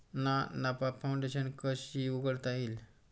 ना नफा फाउंडेशन कशी उघडता येईल?